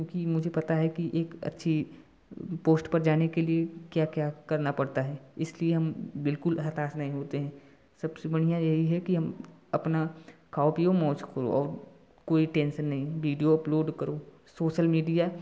क्योंकि मुझे पता है कि एक अच्छी पोस्ट पर जाने के लिए क्या क्या करना पड़ता है इसलिए हम बिल्कुल हताश नहीं होते हैं सबसे बढ़िया यही है कि हम अपना खाओ पीओ मौज करो और कोई टेन्सन नहीं विडियो अपलोड करो सोसल मीडिया